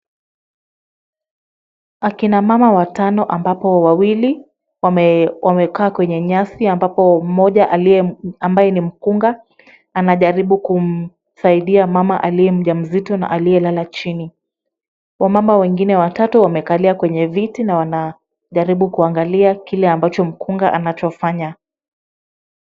Akina mama watano ambapo wawili wamekaa kwenye nyasi ambapo mmoja ambaye ni mkunga anajaribu kumsaidia mama aliye mjamzito na aliyelala chini. Wamama wengine watatu wamekalia kwenye viti na wanajaribu kuangalia kile ambacho mkunga anachofanya.